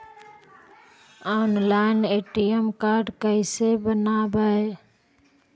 Online ATM card कैसे बनाबौ?